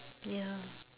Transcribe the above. ya